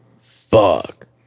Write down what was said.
fuck